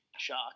Shock